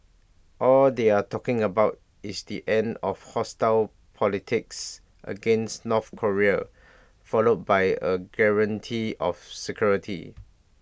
all they are talking about is the end of hostile politics against North Korea followed by A guarantee of security